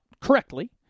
correctly